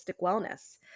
wellness